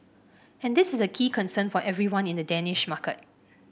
and this is a key concern for everyone in the Danish market